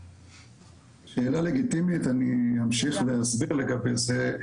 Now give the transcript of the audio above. שאלה לגיטימית, אני אמשיך ואסביר לגבי זה.